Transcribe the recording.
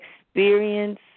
experience